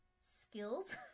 skills